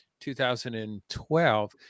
2012